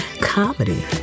comedy